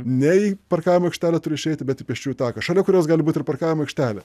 ne į parkavimo aikštelę turi išeiti bet į pėsčiųjų taką šalia kurios gali būti ir parkavimo aikštelė